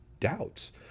doubts